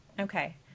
Okay